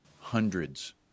hundreds